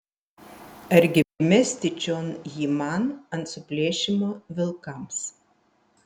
argi mesti čion jį man ant suplėšymo vilkams